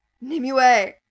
Nimue